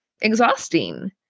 exhausting